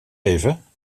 even